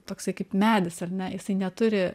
toksai kaip medis ar ne jisai neturi